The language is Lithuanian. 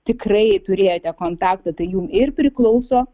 tikrai turėjote kontaktą tai jum ir priklauso